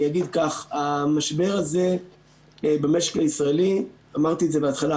אני אגיד כך: המשבר הזה במשק הישראלי אמרתי את זה בהתחלה,